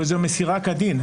וזו מסירה כדין,